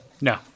No